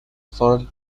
for